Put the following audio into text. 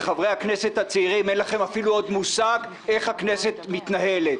לחברי הכנסת הצעירים: אין לכם אפילו עוד מושג איך הכנסת מתנהלת.